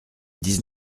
dix